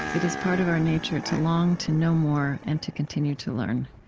it is part of our nature to long to know more and to continue to learn.